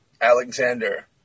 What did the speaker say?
Alexander